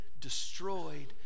destroyed